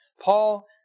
Paul